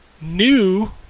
New